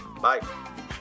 Bye